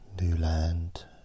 Newland